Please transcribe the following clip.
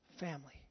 family